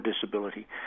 disability